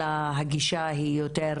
אלא הגישה היא יותר